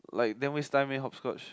like damn waste time eh hopscotch